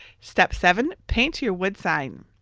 step seven, paint your wood sign.